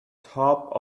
top